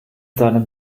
seinem